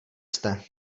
jste